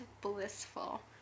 blissful